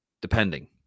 Depending